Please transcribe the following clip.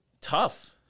tough